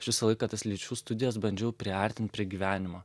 aš visą laiką tas lyčių studijas bandžiau priartint prie gyvenimo